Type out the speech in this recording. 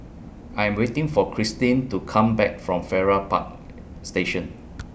I Am waiting For Christene to Come Back from Farrer Park Station